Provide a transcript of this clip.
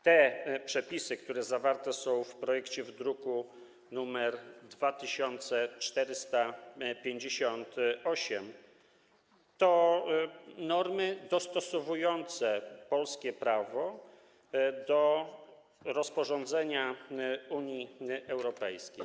Te przepisy, które zawarte są w projekcie w druku nr 2458, to normy dostosowujące polskie prawo do rozporządzenia Unii Europejskiej.